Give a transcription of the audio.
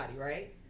right